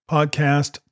Podcast